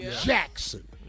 Jackson